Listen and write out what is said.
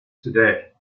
today